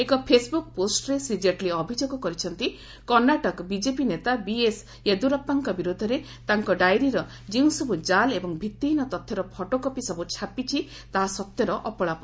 ଏକ ଫେସ୍ବୁକ୍ ପୋଷ୍ଟରେ ଶ୍ରୀ କେଟ୍ଲି ଅଭିଯୋଗ କରିଛନ୍ତି କର୍ଷ୍ଣାଟକ ବିକେପି ନେତା ବିଏସ୍ ୟେଦ୍ୟୁରାପ୍ପାଙ୍କ ବିରୋଧରେ ତାଙ୍କ ଡାଏରୀର ଯେଉଁସବୁ କାଲ୍ ଏବଂ ଭିତ୍ତିହୀନ ତଥ୍ୟର ଫଟୋକପିସବୁ ଛାପିଛି ତାହା ସତ୍ୟର ଅପଳାପ